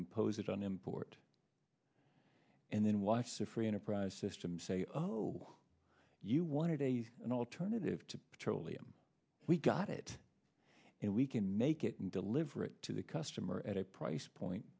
impose it on import and then watch the free enterprise system say oh you wanted a an alternative to petroleum we got it and we can make it and deliver it to the customer at a price point